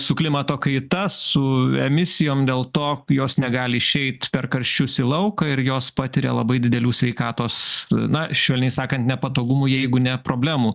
su klimato kaita su emisijom dėl to jos negali išeit per karščius į lauką ir jos patiria labai didelių sveikatos na švelniai sakant nepatogumų jeigu ne problemų